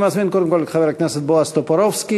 אני מזמין קודם כול את חבר הכנסת בועז טופורובסקי.